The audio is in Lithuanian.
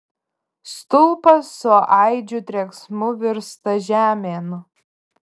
stulpas su aidžiu trenksmu virsta žemėn